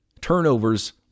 turnovers